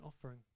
offering